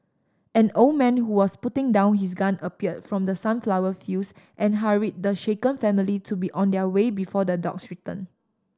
an old man who was putting down his gun appeared from the sunflower fields and hurried the shaken family to be on their way before the dogs return